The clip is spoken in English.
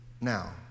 now